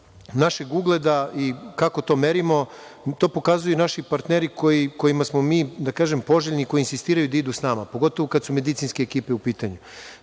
našeg ugleda i kako to merimo, to pokazuju naši partneri kojima smo mi poželjni, koji insistiraju da idu s nama, pogotovo kada su medicinske ekipe u pitanju.